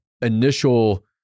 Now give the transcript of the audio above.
initial